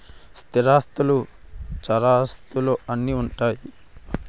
స్థిరాస్తులు చరాస్తులు అని ఉంటాయి